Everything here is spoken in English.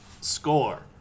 score